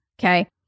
Okay